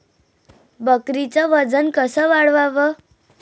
बकरीचं वजन कस वाढवाव?